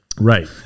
right